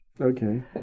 Okay